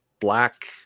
black